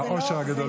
זה האושר הגדול ביותר.